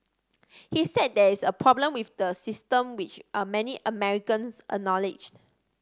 he said there is a problem with the system which many Americans acknowledged